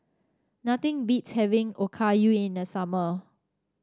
nothing beats having Okayu in the summer